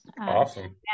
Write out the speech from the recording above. Awesome